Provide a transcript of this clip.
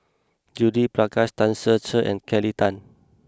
Judith Prakash Tan Ser Cher and Kelly Tang